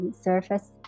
surface